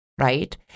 Right